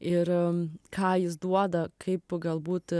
ir ką jis duoda kaip galbūt